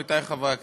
עמיתי חברי הכנסת,